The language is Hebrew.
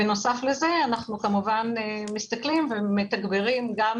בנוסף לזה אנחנו כמובן מסתכלים ומתגברים גם